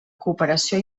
cooperació